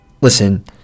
Listen